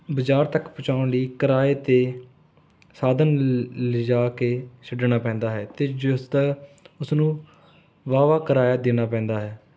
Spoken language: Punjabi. ਬਜ਼ਾਰ ਤੱਕ ਪਹੁੰਚਾਉਣ ਲਈ ਕਿਰਾਏ 'ਤੇ ਸਾਧਨ ਲ ਲਿਜਾ ਕੇ ਛੱਡਣਾ ਪੈਂਦਾ ਹੈ ਅਤੇ ਜਿਸ ਦਾ ਉਸਨੂੰ ਵਾਹਵਾ ਕਰਾਇਆ ਦੇਣਾ ਪੈਂਦਾ ਹੈ